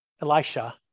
Elisha